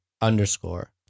underscore